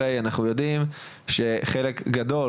אנחנו יודעים שחלק גדול,